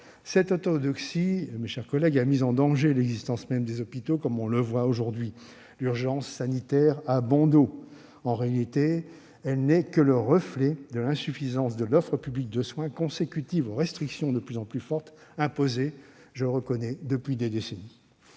Cette orthodoxie a mis en danger l'existence même des hôpitaux, comme on le voit aujourd'hui. L'urgence sanitaire a bon dos ! En réalité, elle n'est que le reflet de l'insuffisance de l'offre publique de soins, consécutive aux restrictions de plus en plus fortes imposées- je le reconnais -depuis des décennies.